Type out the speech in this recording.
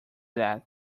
that